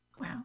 Wow